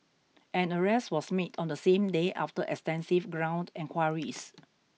an arrest was made on the same day after extensive ground enquiries